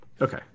Okay